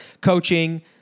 coaching